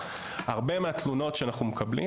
הרבה מהתלונות שאנחנו מקבלים